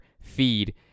feed